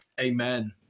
Amen